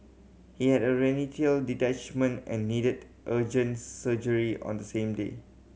he had a detachment and needed urgent surgery on the same day